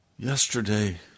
yesterday